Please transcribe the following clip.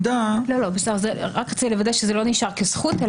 רק רציתי לוודא שזה לא נשאר כזכות,